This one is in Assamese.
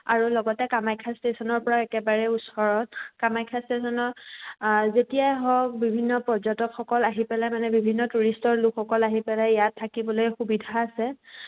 আৰু লগতে কামাখ্যা ষ্টেচনৰপৰা একেবাৰে ওচৰত কামাখ্যা ষ্টেচনত যেতিয়াই হওক বিভিন্ন পৰ্যটকসকল আহি পেলাই মানে বিভিন্ন টুৰিষ্টৰ লোকসকল আহি পেলাই ইয়াত থাকিবলৈ সুবিধা আছে